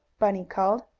bunny called.